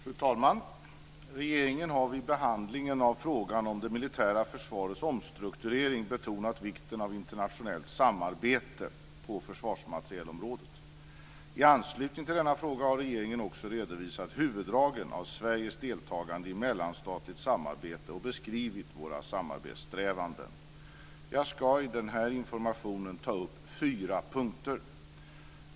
Fru talman! Regeringen har vid behandlingen av frågan om det militära försvarets omstrukturering betonat vikten av internationellt samarbete på försvarsmaterielområdet. I anslutning till denna fråga har regeringen också redovisat huvuddragen av Sveriges deltagande i mellanstatligt samarbete och beskrivit våra samarbetssträvanden. Jag ska i den här informationen ta upp fyra punkter.